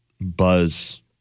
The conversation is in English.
buzz